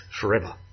forever